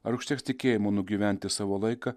ar užteks tikėjimo nugyventi savo laiką